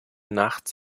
nachts